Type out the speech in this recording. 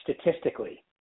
statistically